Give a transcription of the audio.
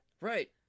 Right